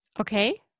Okay